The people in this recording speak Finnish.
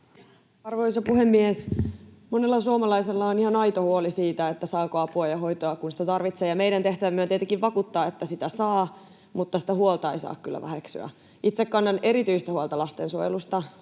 Arvoisa puhemies! Monella suomalaisella on ihan aito huoli siitä, saako apua ja hoitoa, kun niitä tarvitsee. Meidän tehtävämme on tietenkin vakuuttaa, että niitä saa, mutta sitä huolta ei saa kyllä väheksyä. Itse kannan erityistä huolta lastensuojelusta.